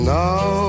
now